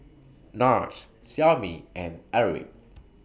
Nars Xiaomi and Airwick